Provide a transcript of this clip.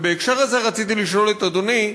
ובהקשר הזה רציתי לשאול את אדוני,